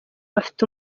bafite